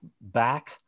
back